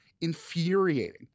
infuriating